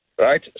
right